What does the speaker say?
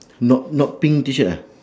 not not pink T-shirt ah